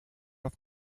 auf